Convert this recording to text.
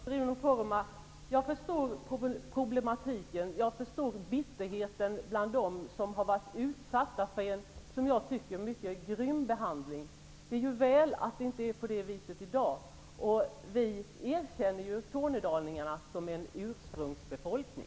Herr talman! Jag förstår problematiken, Bruno Poromaa. Jag förstår bitterheten bland dem som har varit utsatta för en mycket grym behandling. Det är väl att det i dag inte är på det viset. Vi erkänner ju tornedalingarna som en ursprungsbefolkning.